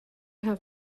have